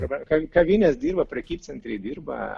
dabar ka kavinės dirba prekybcentriai dirba